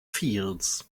fields